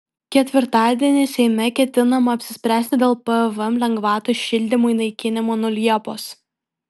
ketvirtadienį seime ketinama apsispręsti dėl pvm lengvatos šildymui naikinimo nuo liepos